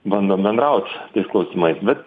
bandom bendraut tais klausimais bet